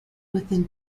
within